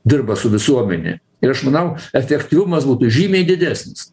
dirba su visuomene ir aš manau efektyvumas būtų žymiai didesnis